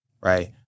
right